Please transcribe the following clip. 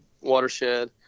watershed